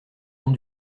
long